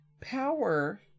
power